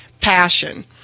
passion